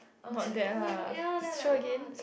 I was like oh-my-god ya then I like !wah! thank